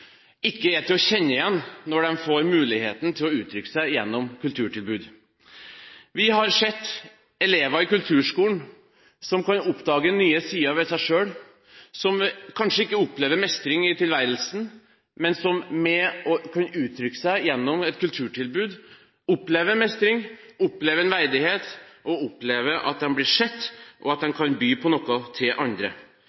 ikke er til å kjenne igjen når de får muligheten til å uttrykke seg gjennom kulturtilbud. Vi har sett elever i kulturskolen som kan oppdage nye sider ved seg selv, elever som kanskje ikke opplever mestring i tilværelsen, men som kan uttrykke seg gjennom et kulturtilbud, oppleve mestring, oppleve en verdighet og oppleve at de blir sett og kan by på noe til andre – at